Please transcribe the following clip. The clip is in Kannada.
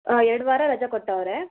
ಹಾಂ ಎರಡು ವಾರ ರಜಾ ಕೊಟ್ಟವರೆ